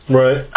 right